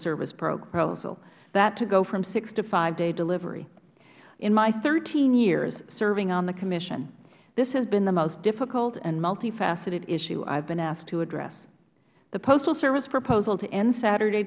proposal that to go from six to five day delivery in my thirteen years serving on the commission this has been the most difficult and multifaceted issue i have been asked to address the postal service proposal to end saturday